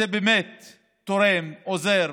זה באמת תורם, עוזר,